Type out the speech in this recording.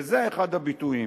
וזה אחד הביטויים.